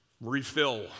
refill